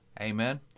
Amen